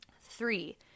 Three